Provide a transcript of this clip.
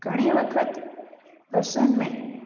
घणे वक़्तु बसियुनि में